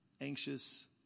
anxious